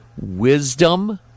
wisdom